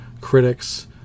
critics